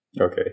okay